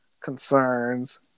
concerns